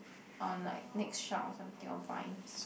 on like next shout or something or binds